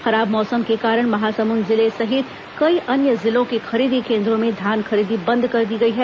खराब मौसम के कारण महासमुंद जिले सहित कई अन्य जिलों के खरीदी केंद्रों में धान खरीदी बंद कर दी गई है